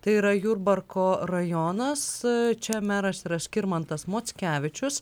tai yra jurbarko rajonas čia meras yra skirmantas mockevičius